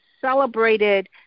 celebrated